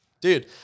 Dude